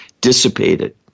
dissipated